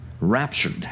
raptured